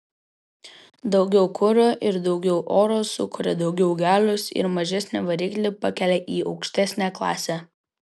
daugiau kuro ir daugiau oro sukuria daugiau galios ir mažesnį variklį pakelia į aukštesnę klasę